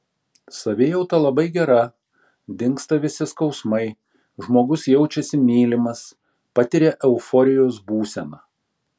savijauta labai gera dingsta visi skausmai žmogus jaučiasi mylimas patiria euforijos būseną